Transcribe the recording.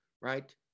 Right